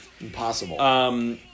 Impossible